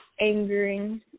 angering